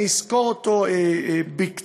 אני אסקור אותו בקצרה.